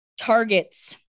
targets